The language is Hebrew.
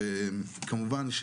וכמובן,